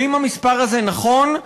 ואם המספר הזה נכון,